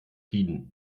tiden